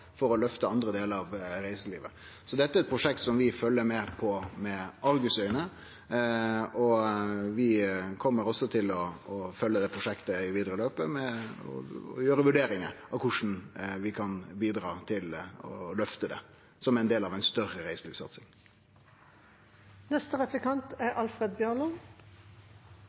for å løfte andre delar av reiselivet. Så dette er eit prosjekt som vi følgjer med argusauge, og vi kjem også til å følgje det prosjektet i det vidare løpet med å gjøre vurderingar av korleis vi kan bidra til å løfte det som ein del av ei større